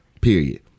Period